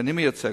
שאני מייצג,